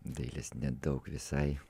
dailės nedaug visai